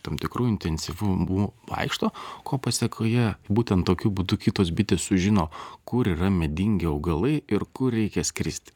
tam tikru intensyvumu vaikšto ko pasekoje būtent tokiu būdu kitos bitės sužino kur yra medingi augalai ir kur reikia skristi